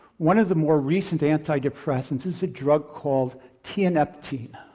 one of the more recent antidepressants is a drug called tianeptine.